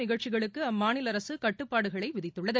நிகழ்ச்சிகளுக்கு அம்மாநில அரசு கட்டுப்பாடுகளை விதித்துள்ளது